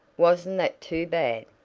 wasn't that too bad!